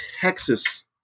Texas